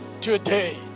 today